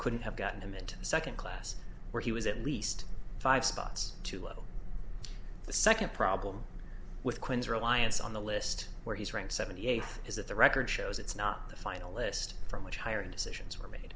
couldn't have gotten him into second class where he was at least five spots to the second problem with quinn's reliance on the list where he's ranked seventy eight is that the record shows it's not the final list for much higher decisions were made